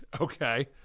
okay